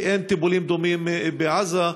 כי אין טיפולים דומים בעזה.